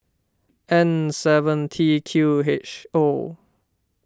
N seven T Q H O